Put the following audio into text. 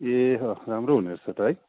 ए अँ राम्रो हुने रहेछ त है